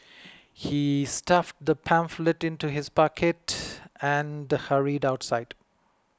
he stuffed the pamphlet into his pocket and hurried outside